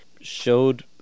showed